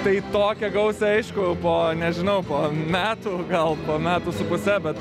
tai tokia gausa aišku nežinau po metų gal po metų su puse bet